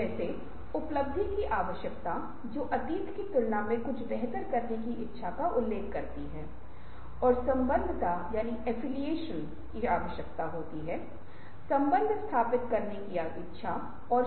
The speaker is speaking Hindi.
इसलिए वे कार्य स्थान में विश्लेषण कर सकते हैं और वे विचारों के साथ बाहर आ सकते हैं और जिन विचारों को आप एक बार लेते हैं वे इसे शीर्ष प्रबंधन को भेज देंगे और अनुमोदन के लिए शीर्ष प्रबंधन के साथ इसे निष्पादित किया जाएगा